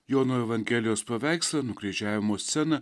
jono evangelijos paveikslą nukryžiavimo sceną